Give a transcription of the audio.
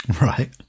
Right